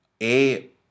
A-